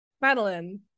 Madeline